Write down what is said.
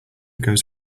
goes